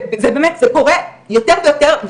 זה קורה יותר ויותר,